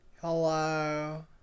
Hello